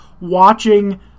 watching